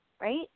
right